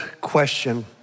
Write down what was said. question